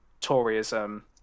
Toryism